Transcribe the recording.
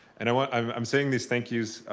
and um i'm i'm saying these thank yous,